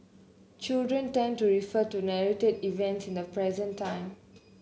children tend to refer to narrated events in the present time